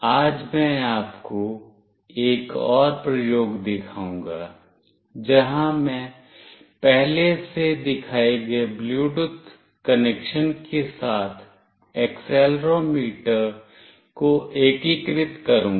आज मैं आपको एक और प्रयोग दिखाऊंगा जहां मैं पहले से दिखाए गए ब्लूटूथ कनेक्शन के साथ एक्सेलेरोमीटर को एकीकृत करूंगा